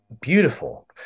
Beautiful